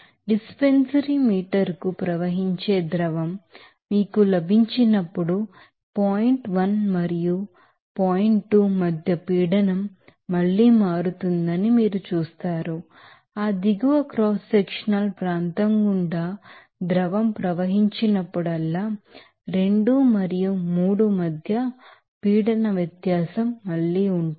dispensary meter కు ప్రవహించే ద్రవం మీకు లభించినప్పుడు పాయింట్ 1 మరియు 2 మధ్య ప్రెషర్ మళ్లీ మారుతుందని మీరు చూస్తారు ఆ దిగువ క్రాస్ సెక్షనల్ ప్రాంతం గుండా ద్రవం ప్రవహించినప్పుడల్లా 2 మరియు 3 మధ్య ప్రెషర్ డిఫరెన్స్ మళ్లీ ఉంటుంది